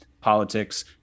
politics